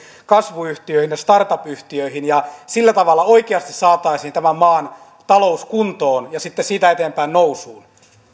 kasvuyhtiöihin ja startup yhtiöihin ja sillä tavalla oikeasti saataisiin tämän maan talous kuntoon ja sitten siitä eteenpäin nousuun